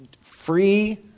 free